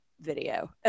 video